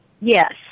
Yes